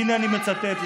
הינה אני מצטט לכם.